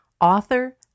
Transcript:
author